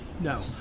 No